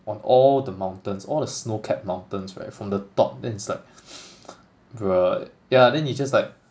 on all the mountains all the snow-capped mountains right from the top then it's like bro yeah then he just like